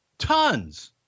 tons